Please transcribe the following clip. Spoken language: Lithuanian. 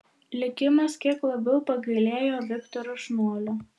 likimas kiek labiau pagailėjo viktoro šniuolio